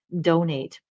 donate